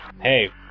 hey